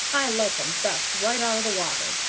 i like em best right out o the water.